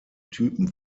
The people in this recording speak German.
typen